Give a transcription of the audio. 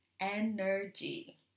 Energy